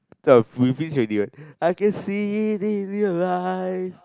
we finish already right I can see in your eyes